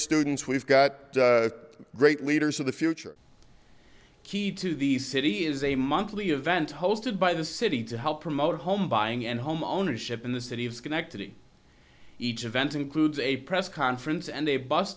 students we've got great leaders of the future key to the city is a monthly event hosted by the city to help promote home buying and home ownership in the city of schenectady each event includes a press conference and